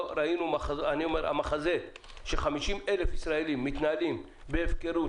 אני אומר שהמחזה ש-50,000 ישראלים מתנהלים בהפקרות,